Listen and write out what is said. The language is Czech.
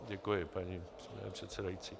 Děkuji, paní předsedající.